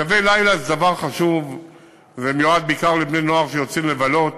קווי לילה זה דבר חשוב ומיועד בעיקר לבני-נוער שיוצאים לבלות